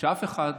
אף אחד,